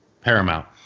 Paramount